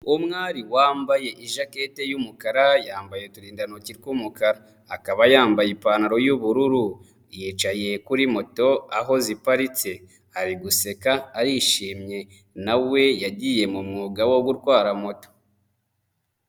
Umwari wambaye ijakete y'umukara yambaye uturindantoki tw'umukara, akaba yambaye ipantaro y'ubururu yicaye kuri moto aho ziparitse ari guseka arishimye, nawe yagiye mu mwuga wo gutwara moto.